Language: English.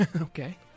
Okay